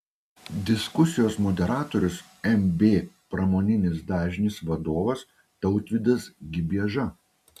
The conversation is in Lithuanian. diskusijos moderatorius mb pramoninis dažnis vadovas tautvydas gibieža